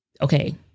Okay